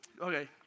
Okay